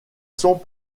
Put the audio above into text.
sont